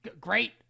great